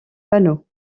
panneaux